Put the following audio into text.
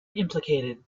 implicated